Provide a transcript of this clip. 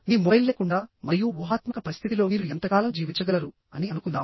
మీ mobile లేకుండా మరియు ఊహాత్మక పరిస్థితిలో మీరు ఎంతకాలం జీవించగలరు అని అనుకుందాం